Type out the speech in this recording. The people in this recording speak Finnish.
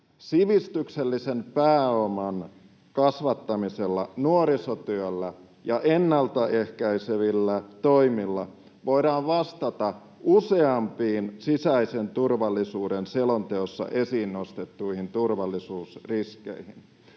sivistyksellisen pääoman kasvattamisella, nuorisotyöllä ja ennalta ehkäisevillä toimilla voidaan vastata useampiin sisäisen turvallisuuden selonteossa esiin nostettuihin turvallisuusriskeihin.